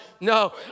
No